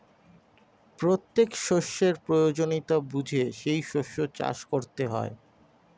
প্রত্যেক শস্যের প্রয়োজনীয়তা বুঝে সেই শস্য চাষ করতে হয়